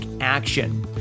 action